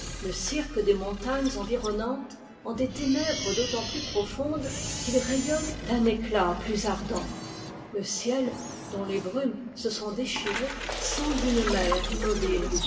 le cirque des montagnes environnantes en des ténèbres d'autant plus profondes qu'il rayonne d'un éclat plus ardent le ciel dont les brumes se sont déchirées semble une mer immobile